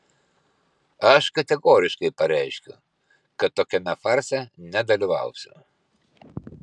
aš kategoriškai pareiškiu kad tokiame farse nedalyvausiu